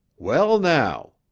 well, now,